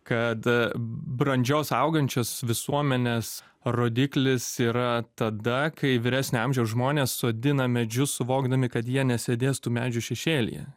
kad brandžios augančios visuomenės rodiklis yra tada kai vyresnio amžiaus žmonės sodina medžius suvokdami kad jie nesėdės tų medžių šešėlyje